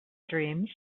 dreams